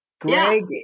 Greg